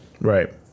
Right